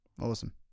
Awesome